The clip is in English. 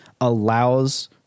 allows